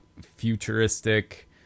futuristic